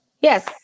Yes